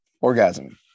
orgasm